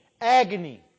agony